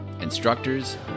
instructors